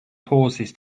pauses